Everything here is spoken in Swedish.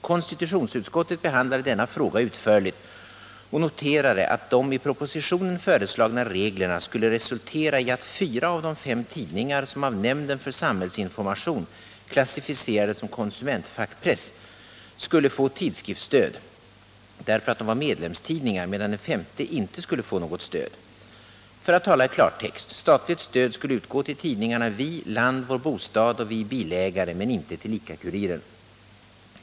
Konstitutionsutskottet behandlade denna fråga utförligt och noterade att de i propositionen föreslagna reglerna skulle resultera i att fyra av de fem tidningar som av nämnden för samhällsinformation klassificerades som konsumentfackpress skulle få tidskriftsstöd, därför att de var medlemstidningar, medan den femte inte skulle få något stöd. För att tala i klartext: statligt stöd skulle utgå till tidningarna Vi, Land, Vår bostad och Vi bilägare men inte till ICA Kuriren.